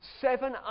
seven